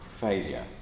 failure